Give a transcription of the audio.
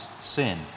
sin